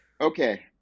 Okay